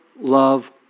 love